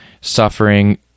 suffering